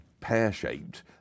pear-shaped